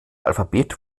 alphabet